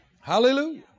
Hallelujah